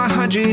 100